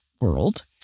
world